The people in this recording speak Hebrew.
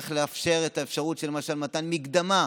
צריך לתת למשל את האפשרות של מתן מקדמה,